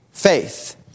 Faith